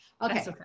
Okay